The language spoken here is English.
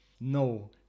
no